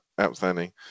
outstanding